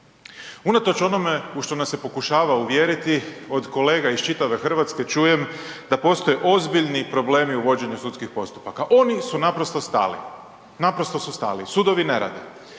Unatoč onome u što nas je pokušavao ovjeriti od kolega iz čitave Hrvatske čujem da postoje ozbiljni problemi u vođenju sudskih postupaka, oni su naprosto stali, naprosto su stali, sudovi ne rade.